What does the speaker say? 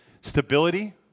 stability